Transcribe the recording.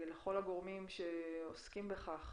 על כל הגורמים שעוסקים בכך